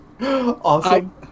awesome